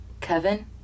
Kevin